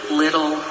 little